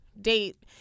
date